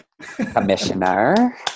Commissioner